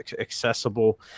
accessible